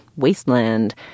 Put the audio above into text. wasteland